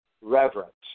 reverence